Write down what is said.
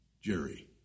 Jerry